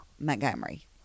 Montgomery